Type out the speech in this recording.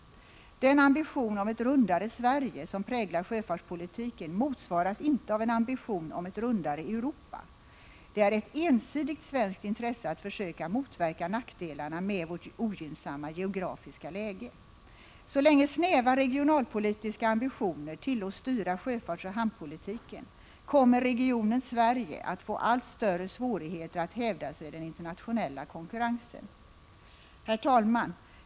Den ambition om ”ett rundare Sverige” som präglar sjöfartspolitiken motsvaras inte av en ambition om ”ett rundare Europa”. Det är ett ensidigt svenskt intresse att försöka motverka nackdelarna med vårt ogynnsamma geografiska läge. Så länge snäva regionalpolitiska ambitioner tillåts styra sjöfartsoch hamnpolitiken, kommer regionen Sverige att få allt större svårigheter att hävda sig i den internationella konkurrensen. Herr talman!